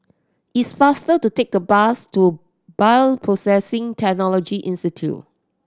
it's faster to take the bus to Bioprocessing Technology Institute